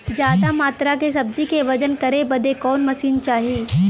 ज्यादा मात्रा के सब्जी के वजन करे बदे कवन मशीन चाही?